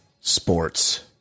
sports